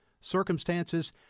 circumstances